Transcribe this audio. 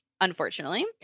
unfortunately